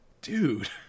Dude